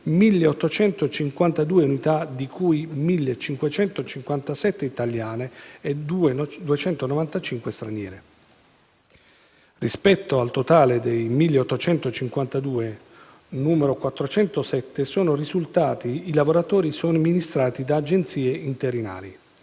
1.852 unità di cui 1.557 italiane e 295 straniere. Rispetto al totale dei 1.852, 407 sono risultati i lavoratori somministrati da agenzie interinali,